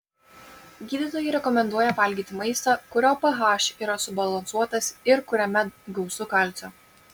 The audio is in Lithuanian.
gydytojai rekomenduoja valgyti maistą kurio ph yra subalansuotas ir kuriame gausu kalcio